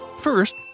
First